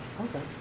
Okay